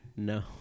No